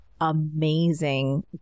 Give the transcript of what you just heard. amazing